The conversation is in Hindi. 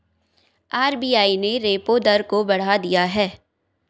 आर.बी.आई ने रेपो दर को बढ़ा दिया है